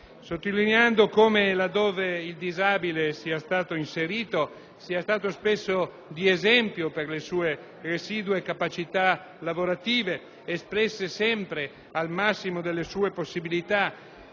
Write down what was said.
sottolineare come, laddove il disabile sia stato inserito, questi sia stato spesso di esempio per le sue residue capacità lavorative, espresse sempre al massimo delle sue possibilità